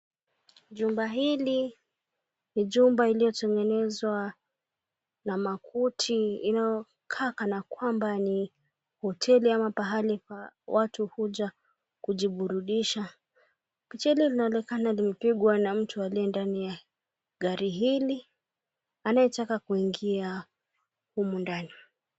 Jumba hili, ni jumba lililotengenezwa kwa makuti inayokaa kana kwamba ni hoteli ama ni pahali watu huja kujiburudisha, picha hili limepigwa na mtu aliye kwa gari hili anayetaka kuingia huku ndani.